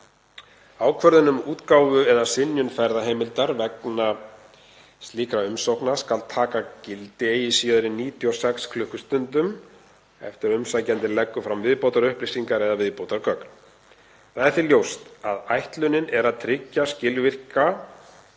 Ákvörðun um útgáfu eða synjun ferðaheimildar vegna slíkra umsókna skal taka gildi eigi síðar en 96 klukkustundum eftir að umsækjandi leggur fram viðbótarupplýsingar eða viðbótargögn. Það er því ljóst að ætlunin er að tryggja skilvirka